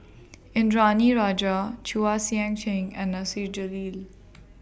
Indranee Rajah Chua Sian Chin and Nasir Jalil